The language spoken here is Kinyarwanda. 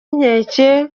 inkeke